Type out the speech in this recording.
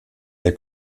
der